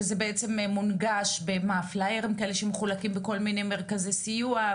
וזה בעצם מונגש בפליירים שמחולקים בכל מיני מרכזי סיוע,